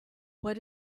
what